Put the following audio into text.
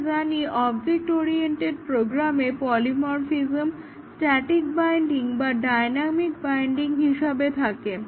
আমরা জানি object oriented প্রোগ্রামে পলিমরফিজ্ম্ স্ট্যাটিক বাইন্ডিং বা ডায়নামিক বাইন্ডিং হিসাবে থাকে